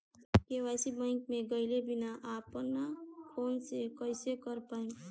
KYC bank मे गएले बिना अपना फोन से कइसे कर पाएम?